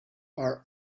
are